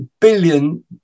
billion